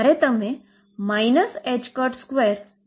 જે મને 22 2mL2ચોરસ એનર્જી આપશે